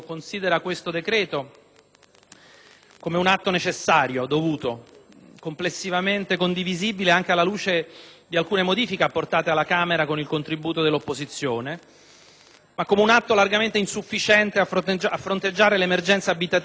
come un atto necessario, dovuto, complessivamente condivisibile anche alla luce di alcune modifiche apportate alla Camera con il contributo dell'opposizione, ma come un atto largamente insufficiente a fronteggiare l'emergenza abitativa nel nostro Paese, tanto più